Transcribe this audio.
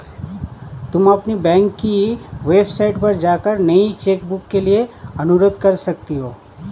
तुम अपनी बैंक की वेबसाइट पर जाकर नई चेकबुक के लिए अनुरोध कर सकती हो